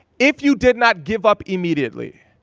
if you did not give up immediately,